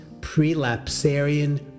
prelapsarian